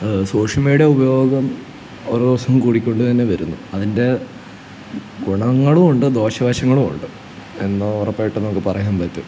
social media ഉപയോഗം ഓരോസം കൂടിക്കൊണ്ട് തന്നെ വരുന്നു അതിൻ്റെ ഗുണങ്ങളുമുണ്ട് ദോഷവശങ്ങളുമുണ്ട് എന്നുറപ്പായിട്ടും നമുക്ക് പറയാൻ പറ്റും